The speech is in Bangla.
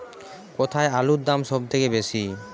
কোথায় আলুর দাম সবথেকে বেশি?